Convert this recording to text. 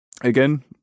again